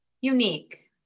Unique